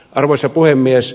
arvoisa puhemies